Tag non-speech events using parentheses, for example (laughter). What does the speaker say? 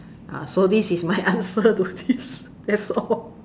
ah (laughs) so this is my answer to this that's all